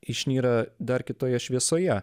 išnyra dar kitoje šviesoje